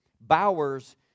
Bowers